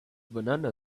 banana